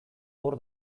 hor